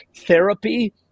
therapy